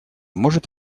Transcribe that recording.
может